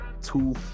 two